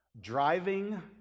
driving